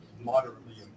moderately